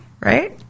right